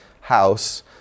house